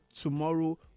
tomorrow